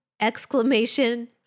Exclamation